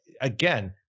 again